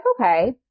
okay